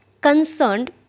concerned